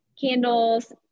candles